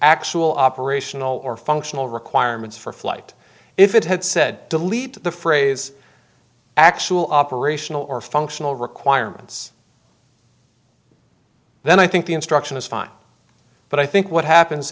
actual operational or functional requirements for flight if it had said delete the phrase actual operational or functional requirements then i think the instruction is fine but i think what happens